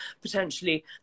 potentially